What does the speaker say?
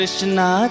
Krishna